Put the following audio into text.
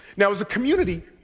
now, as a community,